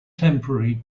temporary